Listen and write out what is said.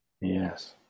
Yes